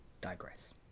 digress